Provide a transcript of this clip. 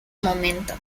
momento